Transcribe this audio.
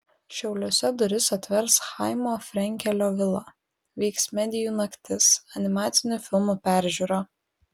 šiauliuose duris atvers chaimo frenkelio vila vyks medijų naktis animacinių filmų peržiūra